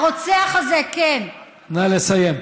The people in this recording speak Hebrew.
נא לסיים.